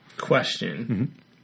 Question